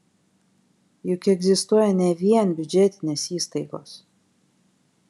juk egzistuoja ne vien biudžetinės įstaigos